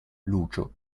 lucio